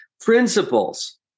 principles